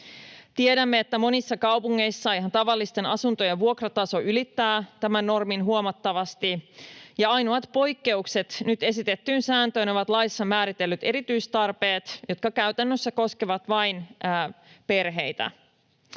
Tiedämme, että monissa kaupungeissa ihan tavallisten asuntojen vuokrataso ylittää tämän normin huomattavasti, ja ainoat poikkeukset nyt esitettyyn sääntöön ovat laissa määritellyt erityistarpeet, jotka käytännössä koskevat vain perheitä.